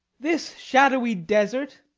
this shadowy desert,